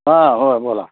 हां हो बोला